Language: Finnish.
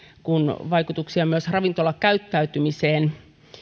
kuin vaikutuksia myös ravintolakäyttäytymiseen